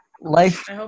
Life